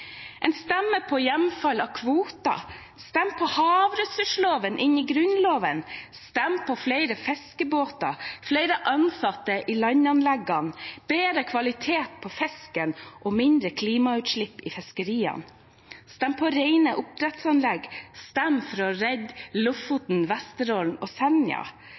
på hjemfall av kvoter. Stem på å få havressursloven inn i Grunnloven. Stem på flere fiskebåter, flere ansatte på landanleggene, bedre kvalitet på fisken og mindre klimautslipp i fiskeriene. Stem på renere oppdrettsanlegg. Stem for å redde Lofoten, Vesterålen og Senja.